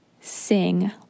sing